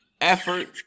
effort